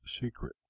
Secret